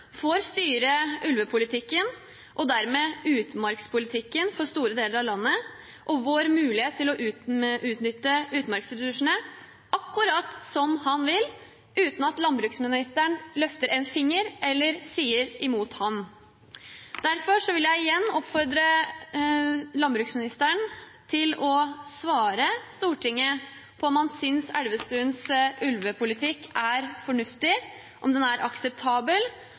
får styre ulvepolitikken, og dermed utmarkspolitikken, for store deler av landet og vår mulighet til å utnytte utmarksressursene akkurat som han vil, uten at landbruksministeren løfter en finger eller sier imot ham. Derfor vil jeg igjen oppfordre landbruksministeren til å svare Stortinget på om han synes Elvestuens ulvepolitikk er fornuftig, om den er akseptabel.